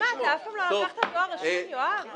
אבל, מה, אתה אף פעם לא לקחת דואר רשום, יואב?